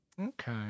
Okay